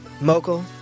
mogul